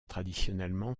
traditionnellement